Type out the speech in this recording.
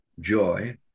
joy